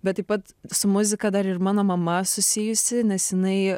bet taip pat su muzika dar ir mano mama susijusi nes jinai